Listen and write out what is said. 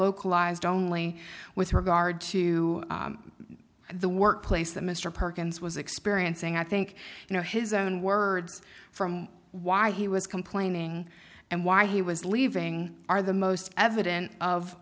localized only with regard to the workplace that mr perkins was experiencing i think you know his own words from why he was complaining and why he was leaving are the most evident of